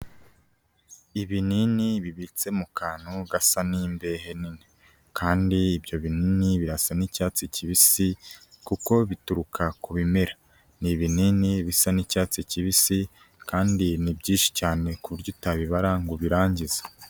Ibinini bibitse mu kantu gasa n'imbehe nini, kandi ibyo binini birasa n'icyatsi kibisi kuko bituruka ku bimera. Ni ibinini bisa n'icyatsi kibisi kandi ni byinshi cyane ku buryo utabibara ngo ubirangize.